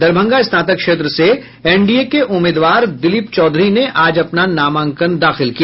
दरभंगा स्नातक क्षेत्र से एनडीए के उम्मीदवार दिलीप चौधरी ने आज अपना नामांकन दाखिल किया